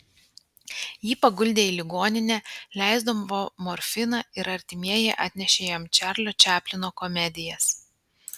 jį paguldė į ligoninę leisdavo morfiną ir artimieji atnešė jam čarlio čaplino komedijas